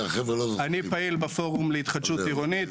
אני פעיל בפורום להתחדשות עירונית.